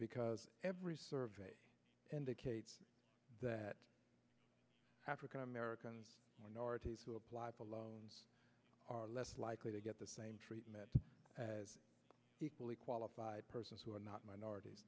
because every survey indicates that african americans who apply for loans are less likely to get the same treatment as equally qualified persons who are not minorities